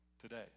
Today